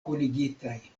kunigitaj